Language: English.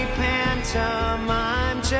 pantomime